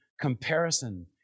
Comparison